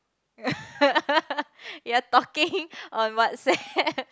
you're talking on WhatsApp